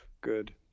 Good